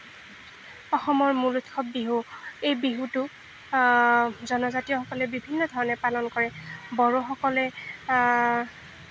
অসমৰ মূল উৎসৱ বিহু এই বিহুটো জনজাতিসকলে বিভিন্ন ধৰণে পালন কৰে বড়োসকলে